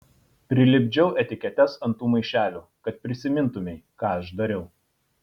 prilipdžiau etiketes ant tų maišelių kad prisimintumei ką aš dariau